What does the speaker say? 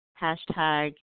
hashtag